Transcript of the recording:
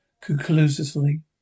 conclusively